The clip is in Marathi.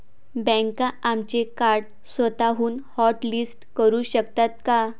बँका आमचे कार्ड स्वतःहून हॉटलिस्ट करू शकतात का?